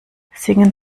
singen